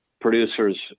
producers